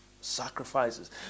Sacrifices